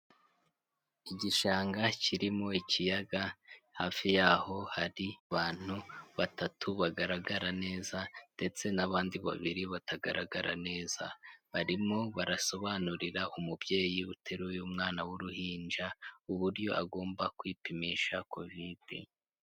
Igishanga kirimo ikiyaga, hafi yaho hari bantu batatu bagaragara neza ndetse n'abandi babiri batagaragara neza, barimo barasobanurira umubyeyi uteruye mwana w'uruhinja uburyo agomba kwipimisha kovidi.